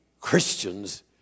Christians